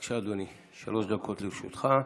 בבקשה, אדוני, שלוש דקות לרשותך.